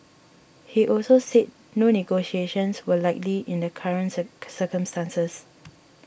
he also said no negotiations were likely in the current cir circumstances